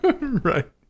Right